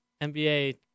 NBA